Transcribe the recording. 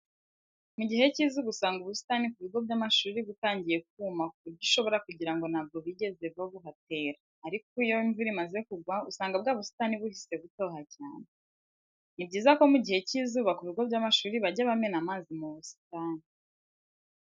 Mu gihe cy'izuba usanga ubusitani ku bigo by'amashuri butangiye kuma ku buryo ushobora kugira ngo ntabwo bigeze babuhatera, ariko iyo imvura imaze kugwa usanga bwa busitani buhise butoha cyane. Ni byiza ko mu gihe cy'izuba ku bigo by'amashuri bajya bamena amazi mu busitani.